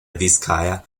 vizcaya